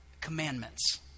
commandments